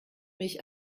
mich